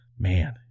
Man